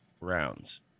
rounds